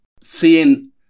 seeing